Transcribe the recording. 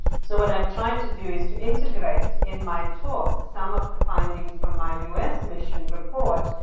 so what i've tried to do is to integrate, in my talk, some of the findings from my us mission report,